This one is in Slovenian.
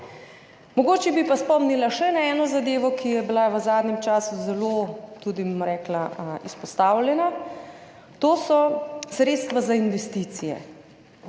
Mogoče bi pa spomnila še na eno zadevo, ki je bila v zadnjem času tudi zelo izpostavljena. To so sredstva za investicije.